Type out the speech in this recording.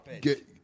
get